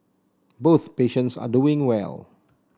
both patients are doing well